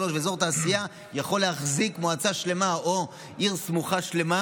שלושה ואזור תעשייה יכולים להחזיק מועצה שלמה או עיר סמוכה שלמה.